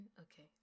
Okay